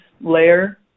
layer